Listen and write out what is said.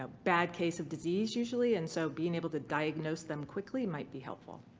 ah bad case of disease usually and so being able to diagnose them quickly might be helpful.